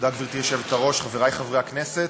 גברתי היושבת-ראש, תודה, חברי חברי הכנסת,